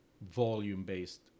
volume-based